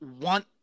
want